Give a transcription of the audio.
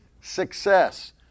success